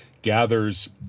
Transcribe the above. gathers